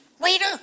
later